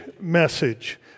message